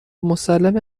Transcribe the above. مسلمه